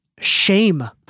shame